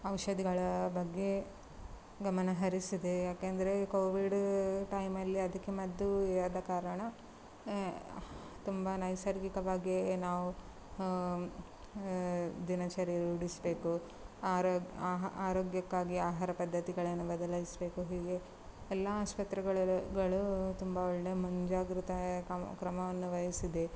ಔಷಧಿಗಳ ಬಗ್ಗೆ ಗಮನಹರಿಸಿದೆ ಯಾಕಂದ್ರೆ ಈ ಕೋವಿಡ ಟೈಮಲ್ಲಿ ಅದಕ್ಕೆ ಮದ್ದೂ ಇರದ ಕಾರಣ ತುಂಬ ನೈಸರ್ಗಿಕವಾಗೇ ನಾವು ದಿನಚರಿ ರೂಢಿಸ್ಬೇಕು ಆರೋಗ್ಯ ಆಹ ಆರೋಗ್ಯಕ್ಕಾಗಿ ಆಹಾರ ಪದ್ದತಿಗಳನ್ನು ಬದಲಾಯಿಸಬೇಕು ಹೀಗೆ ಎಲ್ಲಾ ಆಸ್ಪತ್ರೆಗಳಲ್ಲು ಗಳೂ ತುಂಬ ಒಳ್ಳೆ ಮುಂಜಾಗ್ರತೇ ಕಮ ಕ್ರಮವನ್ನು ವಹಿಸಿದೆ